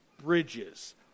bridges